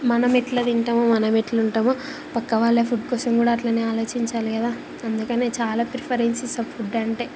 మనమెట్లా తింటమో మనమెట్లా ఉంటమో పక్క వాళ్ళ ఫుడ్ కోసం కూడా అట్లనే ఆలోచించాలి కదా అందుకనే చాలా ప్రిఫరెన్స్ ఇస్తాను ఫుడ్ అంటే